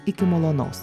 iki malonaus